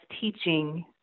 teaching